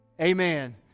amen